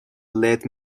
let